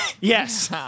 Yes